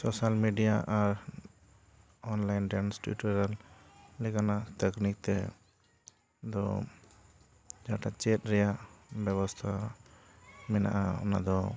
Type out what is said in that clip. social media ᱟᱨ online ᱨᱮᱱ ᱴᱨᱤᱴᱩᱭᱟᱞ ᱞᱮᱠᱟᱱᱟᱜ ᱛᱟᱠᱱᱤᱠ ᱛᱮᱫᱚ ᱡᱟᱦᱟᱸᱴᱟᱜ ᱪᱮᱴ ᱨᱮᱭᱟᱜ ᱵᱮᱵᱚᱥᱛᱷᱟ ᱢᱮᱱᱟᱜᱼᱟ ᱚᱱᱟ ᱫᱚ